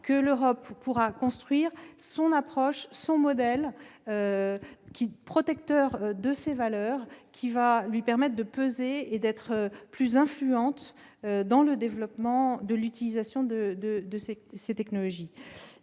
que l'Europe pourra construire son approche, son modèle, afin de protéger ses valeurs, pour peser et d'être plus influente dans le développement de l'utilisation de ces technologies.